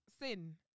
sin